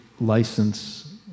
license